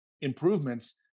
improvements